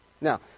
Now